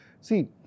See